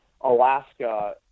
alaska